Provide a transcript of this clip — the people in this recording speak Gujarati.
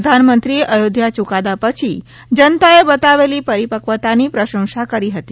પ્રધાનમંત્રીએ અયોધ્યા ચુકાદા પછી જનતાએ બતાવેલી પરિપકવતાની પ્રશંસા કરી હતી